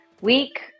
Week